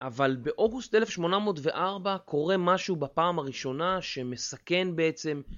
אבל באוגוסט 1804 קורה משהו בפעם הראשונה שמסכן בעצם